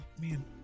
man